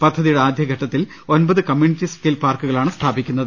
പദ്ധതിയുടെ ആദ്യഘട്ടത്തിൽ ഒൻപത് കമ്മ്യൂണിറ്റി സ്കിൽ പാർക്കുകളാണ് സ്ഥാപിക്കുന്നത്